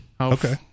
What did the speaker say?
Okay